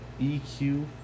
EQ